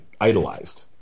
idolized